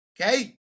okay